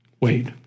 wait